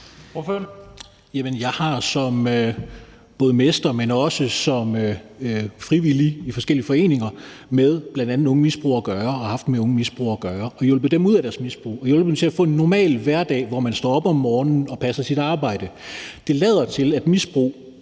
Jeg har både som mester og som frivillig i forskellige foreninger haft med bl.a. unge misbrugere at gøre og hjulpet dem ud af deres misbrug og hjulpet dem til at få en normal hverdag, hvor man står op om morgenen og passer sit arbejde. Det lader til, at misbrug,